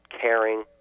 caring